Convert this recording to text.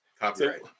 Copyright